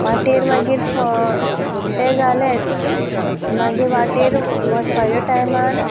वाटेर मागीर फ तें जालेंच मागीर वाटेर वचपाच्या टायमार